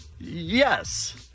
Yes